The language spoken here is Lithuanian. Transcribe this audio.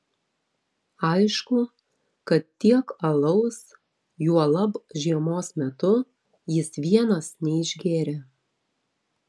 aišku kad tiek alaus juolab žiemos metu jis vienas neišgėrė